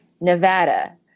Nevada